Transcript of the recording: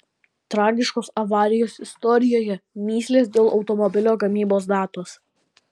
tragiškos avarijos istorijoje mįslės dėl automobilio gamybos datos